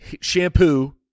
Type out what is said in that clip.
shampoo